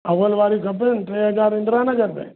oven वारियूं खपनि टे हज़ार इन्द्रां नगर में